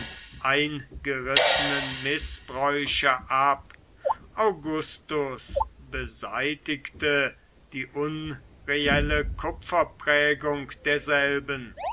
eingerissenen mißbräuche ab augustus beseitigte die unreelle kupferprägung derselben